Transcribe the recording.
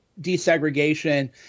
desegregation